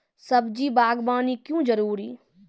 सब्जी बागवानी क्यो जरूरी?